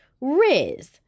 riz